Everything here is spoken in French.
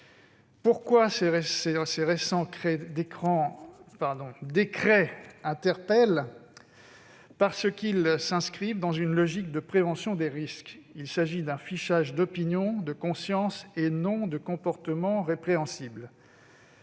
Pourquoi ces récents décrets alarment-ils ? Parce qu'ils s'inscrivent dans une logique de prévention des risques. Il s'agit d'un fichage d'opinions, de convictions et non de comportements répréhensibles.